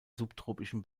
subtropischen